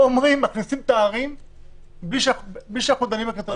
כאן אומרים שמכניסים את הערים בלי שאנחנו דנים בקריטריונים.